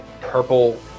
purple